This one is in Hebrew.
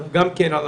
אלא גם כן על